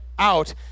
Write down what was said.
out